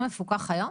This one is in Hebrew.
מפוקח היום?